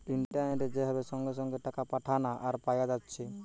ইন্টারনেটে যে ভাবে সঙ্গে সঙ্গে টাকা পাঠানা আর পায়া যাচ্ছে